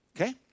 okay